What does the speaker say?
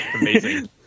Amazing